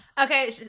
Okay